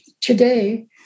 today